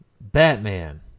Batman